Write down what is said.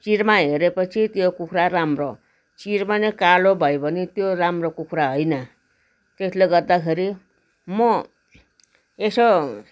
सिरमा हेरेपछि त्यो कुखुरा राम्रो सिरमा नै कालो भयो भने त्यो राम्रो कुखुरा होइन त्यसले गर्दाखेरि म यसो